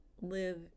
live